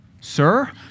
Sir